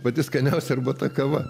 pati skaniausia arbata kava